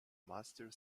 master